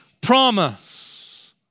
promise